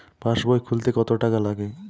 পাশবই খুলতে কতো টাকা লাগে?